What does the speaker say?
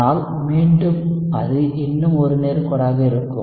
ஆனால் மீண்டும் அது இன்னும் ஒரு நேர்க்கோடாக இருக்கும்